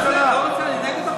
בעד.